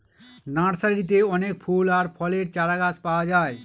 নার্সারিতে অনেক ফুল আর ফলের চারাগাছ পাওয়া যায়